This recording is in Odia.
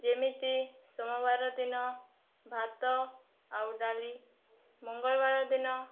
ଯେମିତି ସୋମବାରଦିନ ଭାତ ଆଉ ଡାଲି ମଙ୍ଗଳବାର ଦିନ